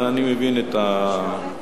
אני מבין את המצב.